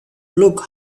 look